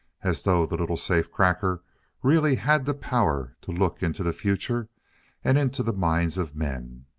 as though the little safecracker really had the power to look into the future and into the minds of men.